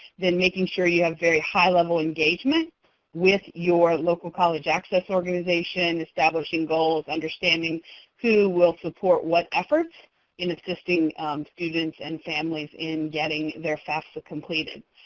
then making sure you have very high-level engagement with your local college access organization, establishing goals, understanding who will support what efforts in assisting students and families in getting their fafsa completed.